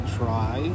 try